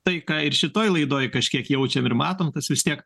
tai ką ir šitoj laidoj kažkiek jaučiam ir matom tas vis tiek